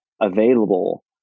available